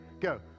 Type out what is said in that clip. Go